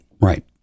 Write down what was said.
Right